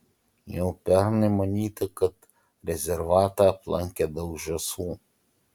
jau pernai manyta kad rezervatą aplankė daug žąsų